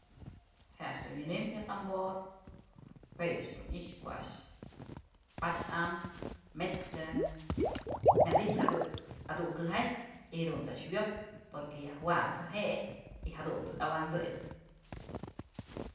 Je'e a'ax dun nyënëmbyë tambor juëch ëch dun i'ixë ko'o a'ax pax am mët's kë myat's i'ityë aduk adukë jatyë y jadunt's a'ax wyopyë porque yajwat's je'e y jadun dun awa'ansëy.